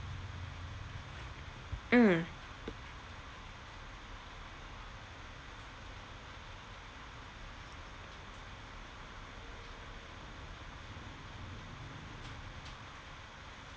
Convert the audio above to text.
mm